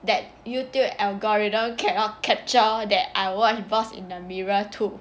that Youtube algorithm cannot capture that I watch boss in the mirror two